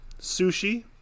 sushi